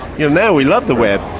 you know, now we love the web.